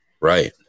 Right